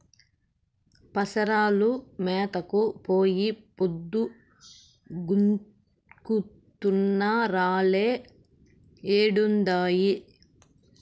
పసరాలు మేతకు పోయి పొద్దు గుంకుతున్నా రాలే ఏడుండాయో